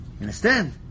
understand